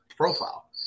profile